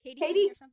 Katie